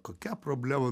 kokia problema